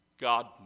God